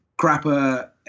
crapper